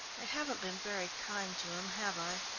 i haven't been very kind to him, have i?